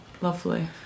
Lovely